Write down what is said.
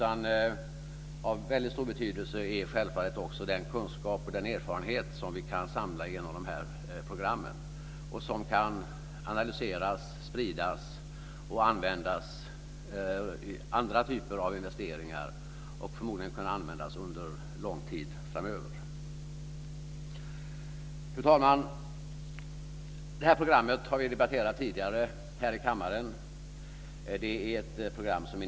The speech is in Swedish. Av väldigt stor betydelse är självfallet också den kunskap och den erfarenhet som vi kan samla genom de här programmen och som kan analyseras, spridas och användas vid andra typer av investeringar och förmodligen kunna användas under lång tid framöver. Fru talman! Det här programmet har vi debatterat tidigare här i kammaren. Det är ett nytt program.